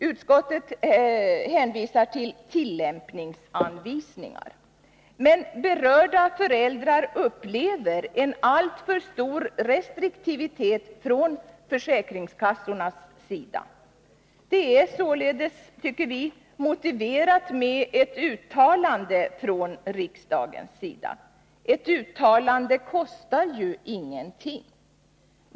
Utskottet hänvisar till tillämpningsanvisningar, men berörda föräldrar upplever en alltför stor restriktivitet från försäkringskassornas sida. Det är således, tycker vi, motiverat med ett uttalande från riksdagens sida. Ett uttalande kostar ju ingenting.